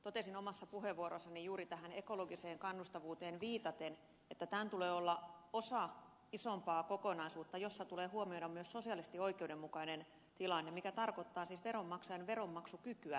totesin omassa puheenvuorossani juuri tähän ekologiseen kannustavuuteen viitaten että tämän tulee olla osa isompaa kokonaisuutta jossa tulee huomioida myös sosiaalisesti oikeudenmukainen tilanne mikä tarkoittaa siis veronmaksajan veronmaksukykyä